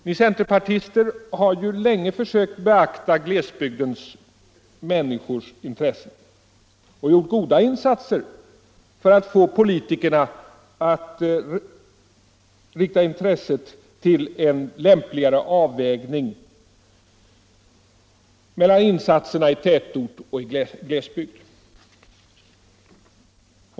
Ni centerpartister har ju länge försökt beakta glesbygdens intressen och gjort goda insatser för att få politikerna att rikta uppmärksamheten mot en lämpligare avvägning mellan insatserna i tätort och i glesbygd.